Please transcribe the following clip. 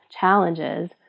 challenges